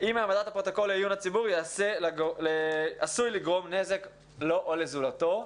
אם העמדת הפרוטוקול לעיון הציבור עשוי לגרום נזק לו או לזולתו.